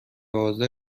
حاضر